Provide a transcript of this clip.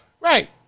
right